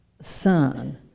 Son